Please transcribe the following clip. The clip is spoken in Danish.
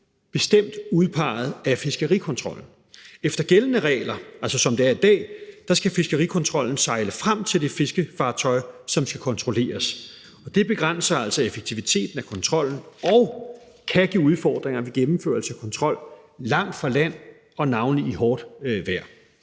bestemt og udpeget af fiskerikontrollen. Efter gældende regler, altså som det er i dag, skal fiskerikontrollen sejle frem til det fiskefartøj, som skal kontrolleres. Det begrænser altså effektiviteten af kontrollen og kan give udfordringer ved gennemførelsen af kontrol langt fra land og navnlig i hårdt vejr.